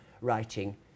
writing